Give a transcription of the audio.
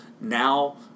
now